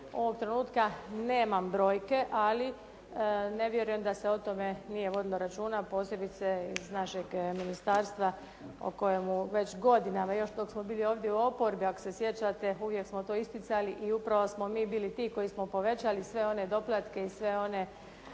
ovog trenutka nemam brojke ali ne vjerujem da se o tome nije vodilo računa posebice iz našeg ministarstva o kojemu već godinama još dok smo bili ovdje u oporbi ako se sjećate uvijek smo to isticali i upravo smo mi bili ti koji smo povećali sve one doplatke i sve one